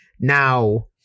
now